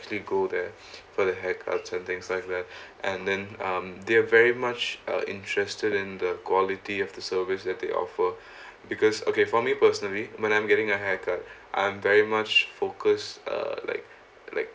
actually go there for the heck outstanding sight there and then um they're very much uh interested in the quality of the service that they offered because okay for me personally when I'm getting a haircut I'm very much focused uh like like